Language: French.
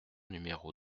numéro